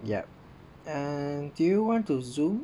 yup um do you want to Zoom